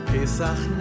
Pesach